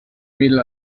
mädel